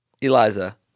Eliza